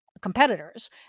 competitors